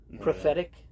prophetic